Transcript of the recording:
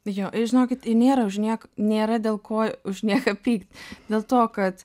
jo ir žinokit nėra už niek nėra dėl ko už nieką pykt dėl to kad